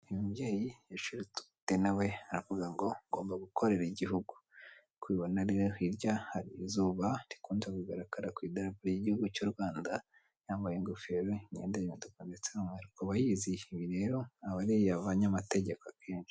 uyu mubyeyi yashiritse ubute nawe aravuga ngo ngomba gukorera igihugu. Nk'uko mubibona riro, hirya hari izuba rikunze kugaragara ku idarapo ry'igihugu cy'u Rwanda, yambaye ingofero imyenda y'umutuku ndetse n'umweru kuayizi, iyi rero aba ari iy'abanyamategeko akenshi.